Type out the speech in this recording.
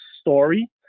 story